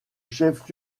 chef